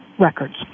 records